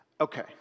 okay